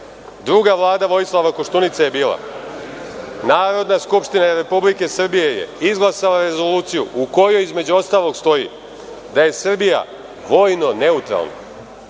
druga Vlada Vojislava Koštunice je bila, Narodna skupština Republike je izglasala Rezoluciju u kojoj između ostalog stoji da je Srbija vojno neutralna.